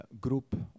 group